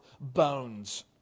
bones